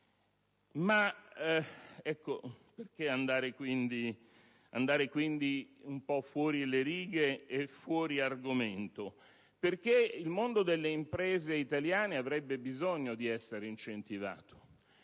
Ma perché andare un po' fuori le righe e fuori argomento? Perché il mondo delle imprese italiane avrebbe bisogno di essere incentivato,